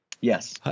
yes